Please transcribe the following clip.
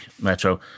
Metro